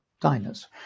diners